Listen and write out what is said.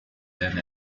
then